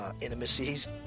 intimacies